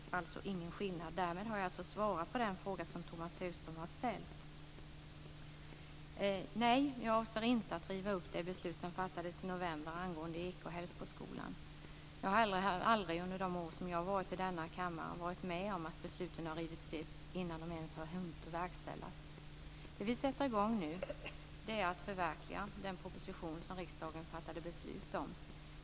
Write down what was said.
Det finns ingen skillnad. Därmed har jag svarat på den fråga som Tomas Högström har ställt. Nej, jag avser inte att riva upp det beslut som fattades i november angående Ekeskolan och Hällsboskolan. Jag har heller aldrig under de år som jag varit i denna kammare varit med om att beslut har rivits upp innan de ens har hunnit verkställas. Vi vill nu sätta i gång med att förverkliga den proposition som riksdagen fattade beslut om.